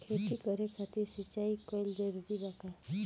खेती करे खातिर सिंचाई कइल जरूरी बा का?